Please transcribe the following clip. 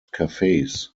cafes